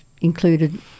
included